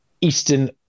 Eastern